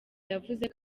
yavuze